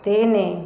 ତିନି